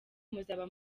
muzaba